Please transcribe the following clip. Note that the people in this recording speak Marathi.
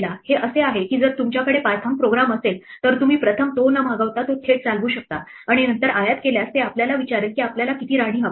हे असे आहे की जर तुमच्याकडे पायथन प्रोग्राम असेल तर तुम्ही प्रथम तो न मागवता तो थेट चालवू शकता आणि नंतर आयात केल्यास ते आपल्याला विचारेल की आपल्याला किती राण्या हव्या आहेत